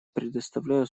предоставляю